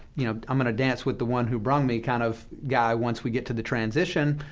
you know, i'm going to dance with the one who brung me kind of guy, once we get to the transition.